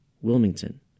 Wilmington